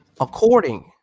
according